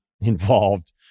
involved